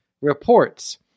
reports